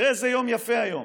תראה איזה יום יפה היום.